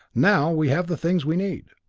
now we have the things we need,